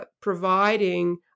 providing